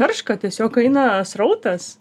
tarška tiesiog aina srautas